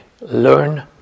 learn